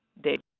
they